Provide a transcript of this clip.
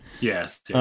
Yes